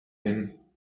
him